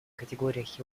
категориях